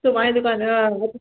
सुभाणे दुकान में हा